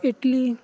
Italy